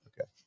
Okay